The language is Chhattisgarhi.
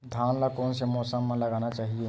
धान ल कोन से मौसम म लगाना चहिए?